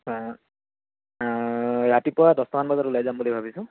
ৰাতিপুৱা দহটামান বজাত ওলাই যাম বুলি ভাবিছোঁ